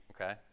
Okay